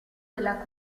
della